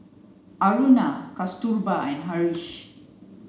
Aruna Kasturba and Haresh